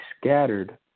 scattered